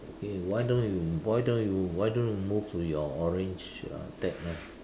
okay why don't you why don't you why don't you move to your orange uh tag now